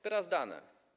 Teraz dane.